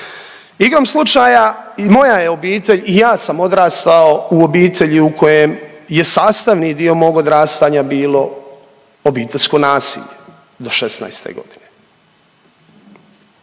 Igrom slučaja i moja je obitelj i ja sam odrastao u obitelji u kojem je sastavni dio mog odrastanja bilo obiteljsko nasilje do 16 godine